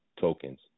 tokens